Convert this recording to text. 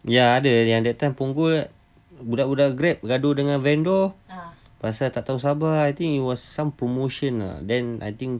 ya ada yang that time punggol budak-budak grab gaduh dengan vendor pasal tak tahu sabar I think it was some promotion lah then I think